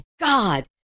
God